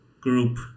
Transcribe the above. Group